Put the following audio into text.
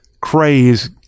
craze